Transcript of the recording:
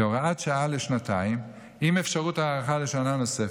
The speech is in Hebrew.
כהוראת שעה לשנתיים עם אפשרות הארכה לשנה נוספת,